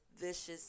vicious